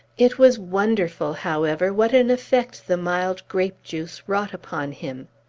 it was wonderful, however, what an effect the mild grape-juice wrought upon him.